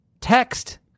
text